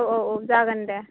औ औ औ जागोन दे